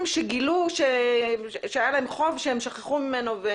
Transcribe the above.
שגילו שהיה להם חוב שהם שכחו ממנו.